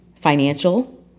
financial